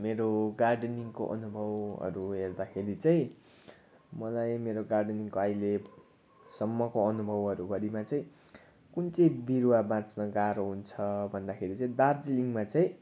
मेरो गार्डेनिङको अनुभवहरू हेर्दाखेरि चाहिँ मलाई मेरो गार्डेनिङको अहिलेसम्मको अनुभवहरू भरिमा चाहिँ कुन चाहिँ बिरुवा बाँच्न गाह्रो हुन्छ भन्दाखेरि चाहिँ दार्जिलिङमा चाहिँ